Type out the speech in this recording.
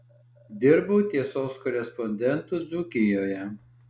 dirbau tiesos korespondentu dzūkijoje